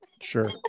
Sure